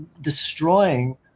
Destroying